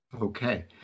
Okay